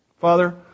Father